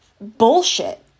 bullshit